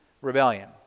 rebellion